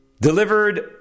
Delivered